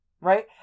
right